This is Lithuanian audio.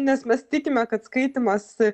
nes mes tikime kad skaitymas